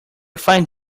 find